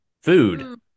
food